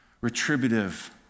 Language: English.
retributive